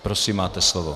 Prosím, máte slovo.